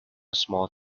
small